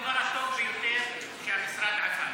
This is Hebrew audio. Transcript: ביטול המצ'ינג הוא הדבר הטוב ביותר שהמשרד עשה.